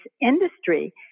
industry